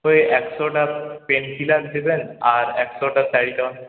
তো এই একশোটা পেন কিলার দেবেন আর একশোটা স্যারিডন